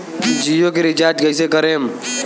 जियो के रीचार्ज कैसे करेम?